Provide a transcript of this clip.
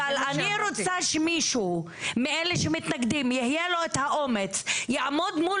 אבל אני רוצה שמישהו מאלה שמתנגדים שיהיה לו את האומץ לעמוד מול